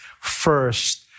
first